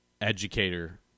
educator